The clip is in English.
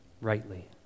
rightly